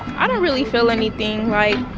i don't really feel anything.